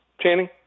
Channing